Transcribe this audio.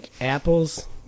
apples